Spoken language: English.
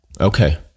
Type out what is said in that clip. Okay